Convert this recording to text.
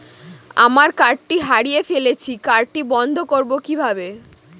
আমার কার্ডটি হারিয়ে ফেলেছি কার্ডটি বন্ধ করব কিভাবে?